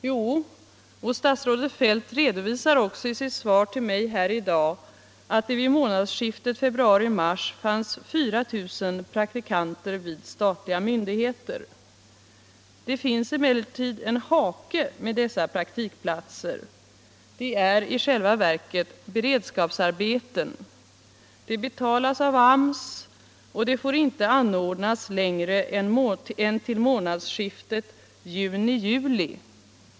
Jo, och statsrådet Feldt redovisar också i sitt svar till mig här i dag att det vid månadsskiftet februari-mars fanns 4 000 praktikanter vid statliga myndigheter. Det finns emellertid en hake med dessa praktikplatser: de är i själva verket beredskapsarbeten. De betalas av AMS, och de får inte anordnas längre än till månadsskiftet juni-juli.